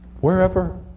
wherever